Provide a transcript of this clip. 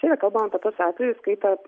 čia yra kalbama apie tuos atvejus kai ta